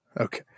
Okay